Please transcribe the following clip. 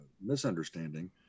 misunderstanding